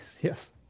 yes